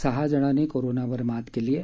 सहा जणांनी कोरोनावर मात केली आहे